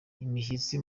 imishyitsi